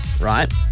right